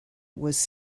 was